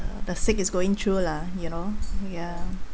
the sick is going through lah you know ya